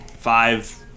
five